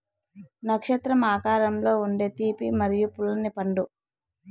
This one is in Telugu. నక్షత్రం ఆకారంలో ఉండే తీపి మరియు పుల్లని పండు